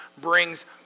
brings